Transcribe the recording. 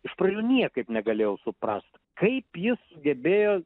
iš pradžių niekaip negalėjau suprast kaip jis sugebėjo